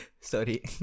Sorry